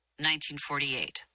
1948